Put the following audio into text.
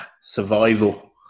survival